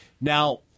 Now